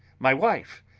my wife,